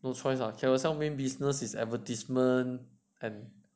no choice ah Carousell main business is advertisement and